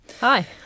Hi